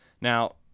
Now